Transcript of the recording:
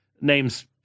names